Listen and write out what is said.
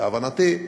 להבנתי.